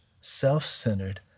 self-centered